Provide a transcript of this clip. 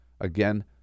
again